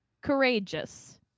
courageous